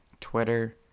twitter